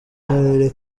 karere